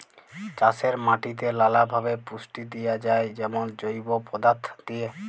চাষের মাটিতে লালাভাবে পুষ্টি দিঁয়া যায় যেমল জৈব পদাথ্থ দিঁয়ে